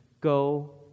go